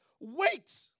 Wait